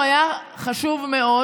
ואחר